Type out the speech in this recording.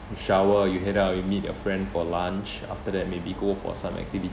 you shower you head out you meet your friend for lunch after that maybe go for some activities